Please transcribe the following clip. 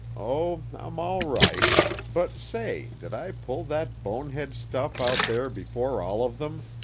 oh, i'm all right but say, did i pull that bonehead stuff out there before all of them?